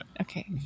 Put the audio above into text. Okay